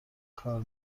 کار